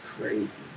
crazy